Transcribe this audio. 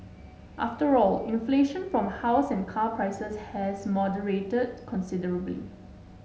after all inflation from house and car prices has moderated considerably